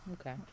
Okay